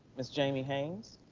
ms. jamie haynes?